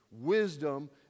wisdom